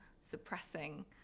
suppressing